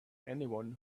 anyone